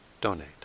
donate